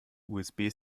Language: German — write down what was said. usb